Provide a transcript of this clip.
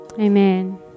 Amen